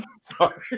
sorry